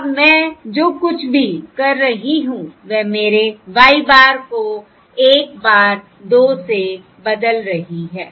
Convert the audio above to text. अब मैं जो कुछ भी कर रही हूं वह मेरे y bar को 1 bar 2 से बदल रही है